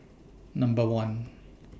Number one